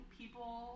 people